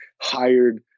hired